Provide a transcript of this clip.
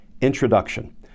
Introduction